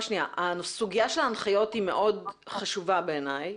הסוגיה של ההנחיות היא חשובה מאוד בעיניי.